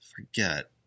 forget